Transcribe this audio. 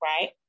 right